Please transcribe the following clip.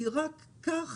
כי רק כך